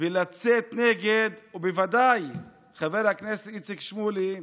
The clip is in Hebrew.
ולצאת נגד, ובוודאי, חבר הכנסת איציק שמולי,